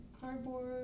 cardboard